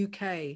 uk